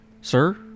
Sir